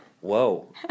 Whoa